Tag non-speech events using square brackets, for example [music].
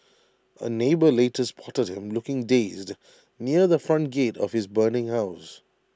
[noise] A neighbour later spotted him looking dazed near the front gate of his burning house